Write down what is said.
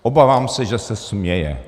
Obávám se, že se směje.